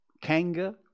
Kanga